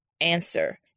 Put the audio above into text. answer